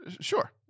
Sure